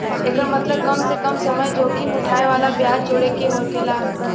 एकर मतबल कम से कम समय जोखिम उठाए वाला ब्याज जोड़े के होकेला